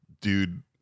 dude